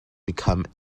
become